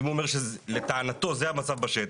אם הוא אומר שלטענתו זה המצב בשטח,